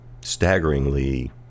staggeringly